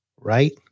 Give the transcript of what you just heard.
right